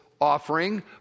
offering